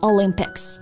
Olympics